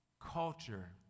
culture